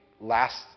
last